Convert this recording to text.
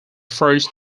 first